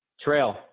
Trail